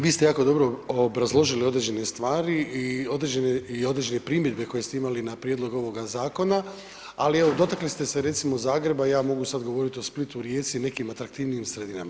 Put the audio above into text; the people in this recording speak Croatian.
Vi ste jako dobro obrazložili određene stvari i određene primjedbe koje ste imali na prijedlog ovog zakona, ali evo, dotakli ste se recimo Zagreba i ja mogu sad govoriti o Splitu, Rijeci, nekim atraktivnijim sredinama.